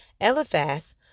Eliphaz